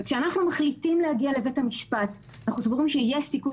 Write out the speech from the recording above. וכשאנחנו מחליטים להגיע לבית המשפט ואנחנו סבורים שיש סיכוי